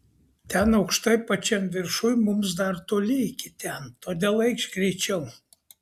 ten aukštai pačiam viršuj mums dar toli iki ten todėl eikš greičiau